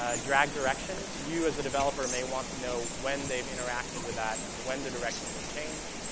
ah drag directions, you as a developer may want to know when they've interacted with that and when the directions have changed.